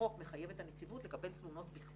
החוק מחייב את הנציבות לקבל תלונות בכתב,